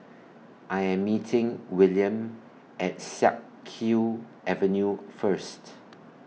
I Am meeting Wiliam At Siak Kew Avenue First